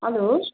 hello